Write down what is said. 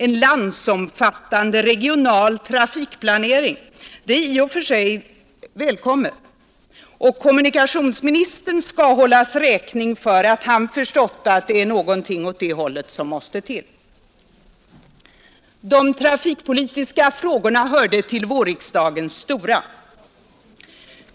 En landsomfattande regional trafikplanering är i och för sig välkommen, och kommunikationsministern skall hållas räkning för att han har förstått, att det är någonting åt det hållet som måste till. De trafikpolitiska frågorna hörde till vårriksdagens stora.